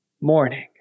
morning